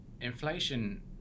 inflation